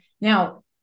Now